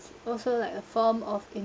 also like a form of